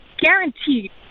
guaranteed